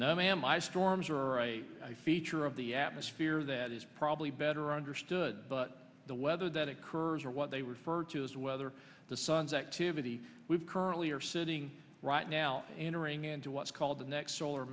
no ma'am i storms are a feature of the atmosphere that is probably better understood but the weather that occurs are what they refer to as whether the sun's activity we've currently are sitting right now entering into what's called the next solar